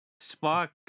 Spock